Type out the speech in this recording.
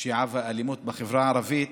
פשיעה ואלימות בחברה הערבית.